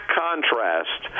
contrast